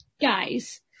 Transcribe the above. Guys